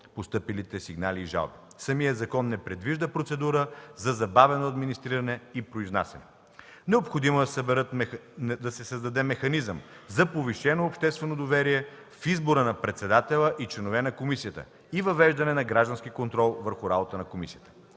постъпилите сигнали и жалби. Самият закон не предвижда процедура за забавено администриране и произнасяне. Необходимо е да се създаде механизъм за повишено обществено доверие в избора на председателя и членове на комисията и въвеждане на граждански контрол върху работата на комисията.